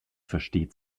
versteht